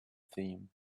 theme